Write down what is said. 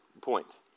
point